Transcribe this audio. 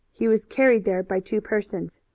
he was carried there by two persons.